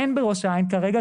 אין בראש העין כרגע,